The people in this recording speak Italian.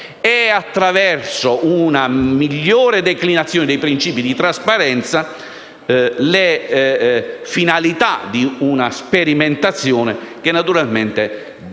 Attraverso una migliore declinazione dei principi di trasparenza, emergono le finalità di una sperimentazione che, naturalmente, deve